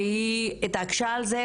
והיא התעקשה על זה,